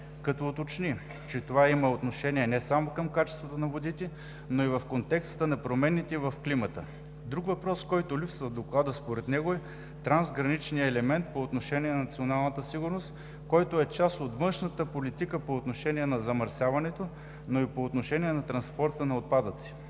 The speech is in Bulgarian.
като уточни, че това има отношение не само към качеството на водите, но и в контекста на промените в климата. Друг въпрос, който липсва в Доклада, според него е трансграничният елемент по отношение на националната сигурност, който е част и от външната политика по отношение на замърсяването, но и по отношение на транспорта на отпадъци.